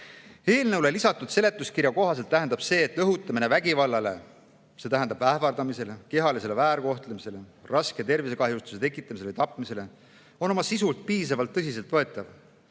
Eelnõule lisatud seletuskirja kohaselt tähendab see, et õhutamine ähvardamisele, kehalisele väärkohtlemisele, raske tervisekahjustuse tekitamisele või tapmisele on oma sisult piisavalt tõsiseltvõetav,